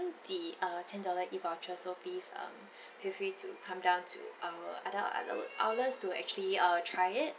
the uh ten dollar E voucher so please um feel free to come down to our other other outlets to actually err try it